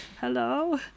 hello